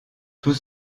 tout